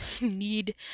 need